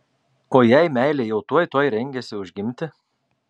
o jei meilė jau tuoj tuoj rengėsi užgimti